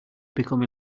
become